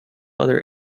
other